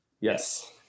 Yes